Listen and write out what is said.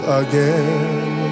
again